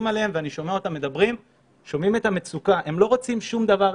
שומעים את המצוקה של אנשים, הם לא רוצים שום דבר.